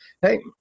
hey